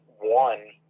one